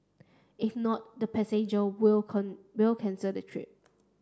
if not the passenger will cone will cancel the trip